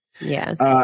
Yes